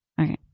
Okay